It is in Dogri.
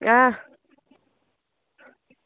ऐं